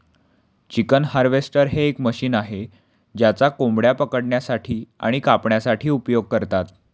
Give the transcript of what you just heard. chicken harvester हे एक machine आहे ज्याचा कोंबड्या पकडण्यासाठी आणि कापण्यासाठी उपयोग करतात